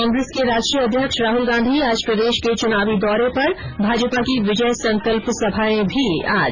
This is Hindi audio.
कांग्रेस के राष्ट्रीय अध्यक्ष राहुल गांधी आज प्रदेश के चुनावी दौरे पर भाजपा की विजय संकल्प सभाएं भी आज